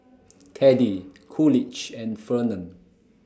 Teddie Coolidge and Fernand